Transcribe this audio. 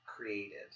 created